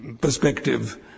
perspective